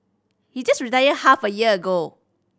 he just retired half a year ago